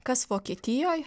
kas vokietijoj